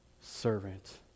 servant